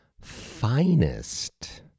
finest